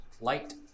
Light